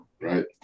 Right